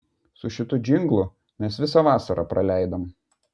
su šitu džinglu mes visą vasarą praleidom